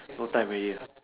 no time already